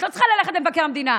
את לא צריכה ללכת למבקר המדינה,